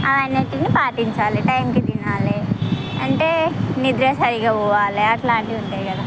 అవన్నీటిని పాటించాలి టైంకి తినాలే అంటే నిద్ర సరిగా పోవాలి అట్లాంటివి ఉంటాయి కదా